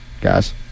guys